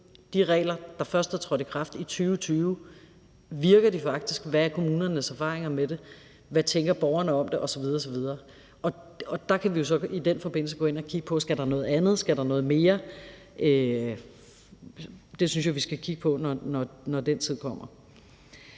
de regler, der først er trådt i kraft i 2020, faktisk virker. Hvad er kommunernes erfaringer med dem? Hvad tænker borgerne om dem osv. osv.? Der kan vi jo så i den forbindelse gå ind og kigge på, om der skal noget andet eller noget mere til. Det synes jeg vi skal kigge på, når den tid kommer.